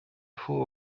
who